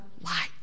light